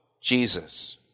Jesus